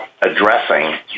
addressing